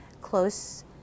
close